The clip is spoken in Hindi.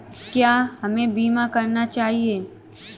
क्या हमें बीमा करना चाहिए?